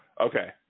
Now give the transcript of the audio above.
okay